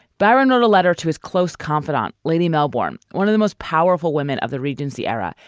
baron wrote a letter to his close confidante, lady milbourne, one of the most powerful women of the regency era,